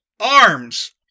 Arms